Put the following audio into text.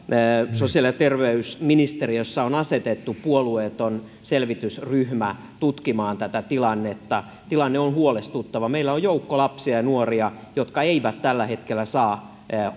sosiaali ja terveysministeriössä on asetettu puolueeton selvitysryhmä tutkimaan tätä tilannetta tilanne on huolestuttava meillä on joukko lapsia ja nuoria jotka eivät tällä hetkellä saa